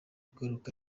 kugaruka